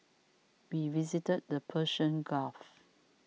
we visited the Persian Gulf